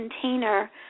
container